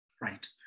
right